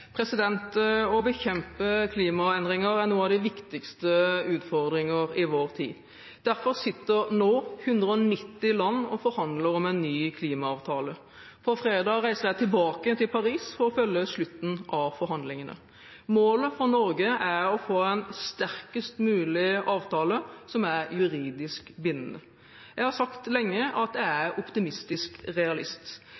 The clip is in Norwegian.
Å bekjempe klimaendringer er en av de viktigste utfordringene i vår tid. Derfor sitter nå 190 land og forhandler om en ny klimaavtale. På fredag reiser jeg tilbake til Paris for å følge slutten av forhandlingene. Målet for Norge er å få en sterkest mulig avtale som er juridisk bindende. Jeg har sagt det lenge, jeg er en optimistisk realist.